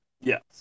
Yes